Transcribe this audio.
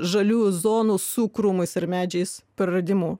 žalių zonų su krūmais ir medžiais praradimu